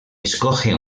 escoge